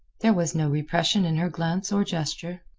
there was no repression in her glance or gesture.